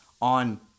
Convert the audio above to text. on